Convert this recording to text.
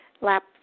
lap